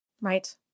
Right